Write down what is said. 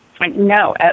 No